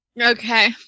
Okay